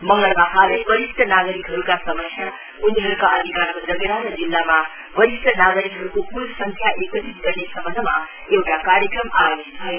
मंगनमा हालै वरिष्ठ नागरिकहरूका समस्या उनीहरूका अधिकारको जगेड़ा र जिल्लामा वरिष्ठ नागरिकहरूको कुल संख्या एकत्रित गर्ने सम्बन्धनमा एउटा कार्यक्रम आयोजित भयो